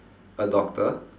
a doctor